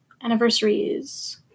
anniversaries